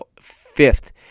fifth